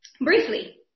briefly